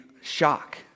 shock